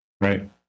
Right